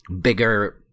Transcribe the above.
bigger